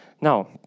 Now